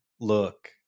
Look